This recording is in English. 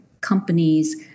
companies